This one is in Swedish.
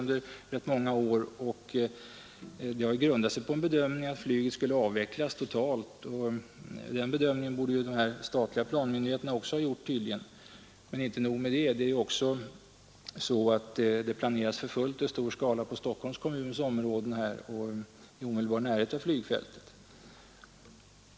Detta har grundats på bedömningen att flyget där skulle avvecklas totalt. Den bedömningen måste de statliga planmyndigheterna också ha gjort tidigare. Men inte nog med det. Det planeras nu för fullt och i stor skala på Stockholms kommuns område i omedelbar närhet av flygfältet.